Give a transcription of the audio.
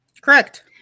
Correct